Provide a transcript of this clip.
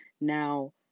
now